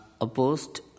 opposed